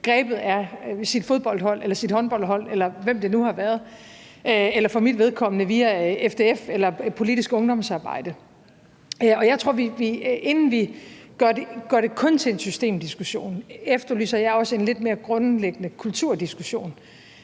talt, af sit fodboldhold eller sit håndboldhold, eller hvem det nu har været. For mit vedkommende var det via FDF eller politisk ungdomsarbejde. Inden vi gør det til kun en systemdiskussion, efterlyser jeg også en lidt mere grundlæggende kulturdiskussion,